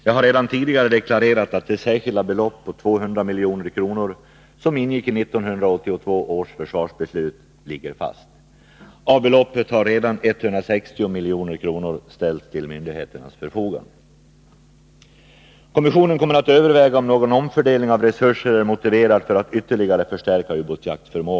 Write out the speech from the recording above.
Jag har redan tidigare deklarerat att det särskilda belopp om 200 milj.kr. som ingick i 1982 års försvarsbeslut ligger fast. Av beloppet har redan 160 milj.kr. ställts till myndigheternas förfogande. Nr 26 Kommissionen kommer att överväga om någon omfördelning av resurser Måndagen den är motiverad för att ytterligare förstärka ubåtsjaktsförmågan.